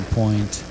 point